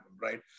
right